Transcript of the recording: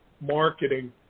marketing